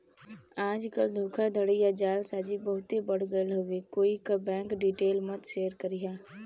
आजकल धोखाधड़ी या जालसाजी बहुते बढ़ गयल हउवे कोई क बैंक डिटेल मत शेयर करिहा